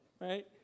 right